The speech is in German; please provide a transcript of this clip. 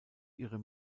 ihre